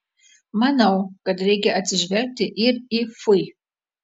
manau kad reikia atsižvelgti ir į fui